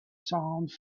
sound